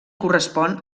correspon